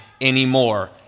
anymore